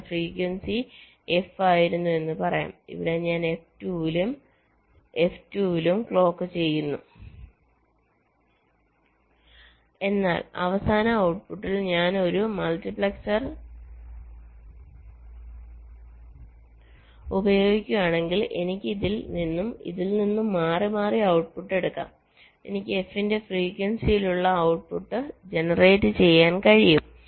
ഇവിടെ frequency f ആയിരുന്നു എന്ന് പറയാം ഇവിടെ ഞാൻ f 2 ലും f 2 ലും ക്ലോക്ക് ചെയ്യുന്നു എന്നാൽ അവസാന ഔട്ട്പുട്ടിൽ ഞാൻ ഒരു മൾട്ടിപ്ലക്സർ ഉപയോഗിക്കുകയാണെങ്കിൽ എനിക്ക് ഇതിൽ നിന്നും ഇതിൽനിന്നും മാറിമാറി ഔട്ട്പുട്ടുകൾ എടുക്കാം എനിക്ക് f ന്റെ ഫ്രീക്വൻസിയിലുള്ള ഔട്ട്പുട്ട് ജനറേറ്റ് ചെയ്യാൻ കഴിയും